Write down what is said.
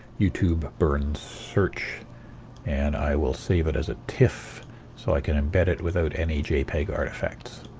youtube burns search and i will save it as a tif so i can embed it without any jpeg artefacts.